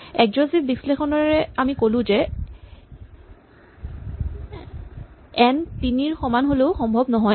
exhaustive বিশ্লেষণেৰে আমি ক'লো যে এন তিনিৰ সমান হ'লেও সম্ভৱ নহয়